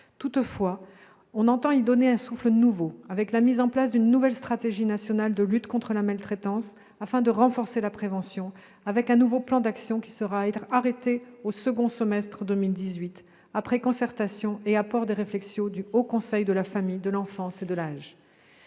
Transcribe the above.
Toutefois, nous entendons lui donner un souffle nouveau, avec la mise en place d'une nouvelle stratégie nationale de lutte contre la maltraitance afin de renforcer la prévention. Un nouveau plan d'action sera arrêté au second semestre de 2018, après concertation et apport des réflexions du Haut conseil de la famille, de l'enfance et de l'âge.